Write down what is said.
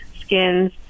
skins